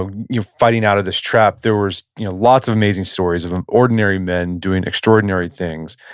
ah you're fighting out of this trap, there was lots of amazing stories of of ordinary men doing extraordinary things.